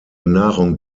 nahrung